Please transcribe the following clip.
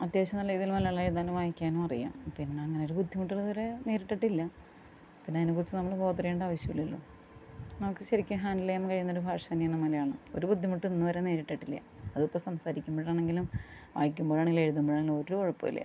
അത്യാവശ്യം നല്ല ഇതിൽ മലയാളം എഴ്താനും വായിക്കാനും അറിയാം പിന്നെ അങ്ങനെ ഒരു ബുദ്ധിമുട്ടുകളിതുവരെ നേരിട്ടിട്ടില്ല പിന്നെ അതിനെ ക്കുറിച്ച് നമ്മള് ബോതർ ചെയ്യേണ്ട ആവശ്യം ഇല്ലല്ലൊ നമുക്ക് ശെരിക്ക് ഹാൻഡിലെയ്യാൻ കഴിയുന്ന ഒരു ഭാഷ തന്നെയാണ് മലയാളം ഒര് ബുദ്ധിമുട്ടും ഇന്ന് വരെ നേരിട്ടിട്ടില്ല അതിപ്പം സംസാരിക്കുമ്പഴാണെങ്കിലും വായിക്കുമ്പഴാണെങ്കിലും എഴുതുമ്പഴാണേലും ഒര് കുഴപ്പമില്ല